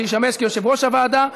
שישמש יושב-ראש הוועדה,